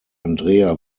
andrea